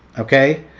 okay?